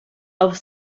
auf